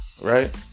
Right